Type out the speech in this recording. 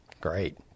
Great